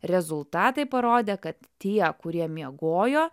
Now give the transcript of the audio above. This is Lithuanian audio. rezultatai parodė kad tie kurie miegojo